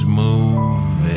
move